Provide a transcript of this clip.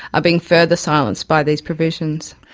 are being further silenced by these provisions.